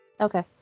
Okay